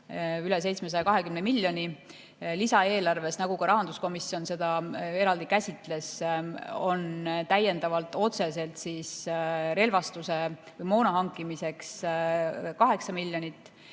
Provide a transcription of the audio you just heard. üle 720 miljoni. Lisaeelarves, nagu ka rahanduskomisjon seda eraldi käsitles, on täiendavalt otseselt relvastuse või moona hankimiseks 8 miljonit